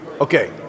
Okay